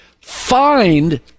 find